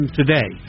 today